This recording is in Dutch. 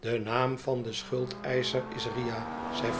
de naam van den schuldeischer is riah zei